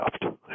left